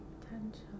potential